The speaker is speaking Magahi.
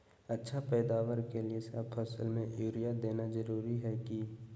अच्छा पैदावार के लिए सब फसल में यूरिया देना जरुरी है की?